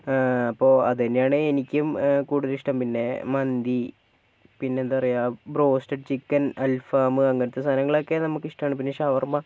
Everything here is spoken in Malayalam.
അപ്പോൾ അത് തന്നെയാണ് എനിക്കും കൂടുതല് ഇഷ്ടം പിന്നെ മന്തി പിന്നെ എന്താ പറയുക ബ്രോസ്റ്റഡ് ചിക്കൻ അൽഫാം അങ്ങനത്തെ സാധനങ്ങൾ ഒക്കെ നമുക്ക് ഇഷ്ടമാണ് പിന്നെ ഷവർമ